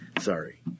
Sorry